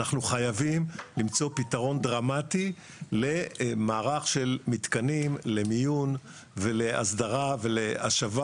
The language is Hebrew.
אנחנו חייבים למצוא פתרון דרמטי למערך של מתקנים למיון ולהסדרה ולהשבה.